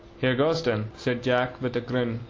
here goes then, said jack with a grin,